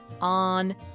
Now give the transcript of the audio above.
on